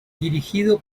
dirigido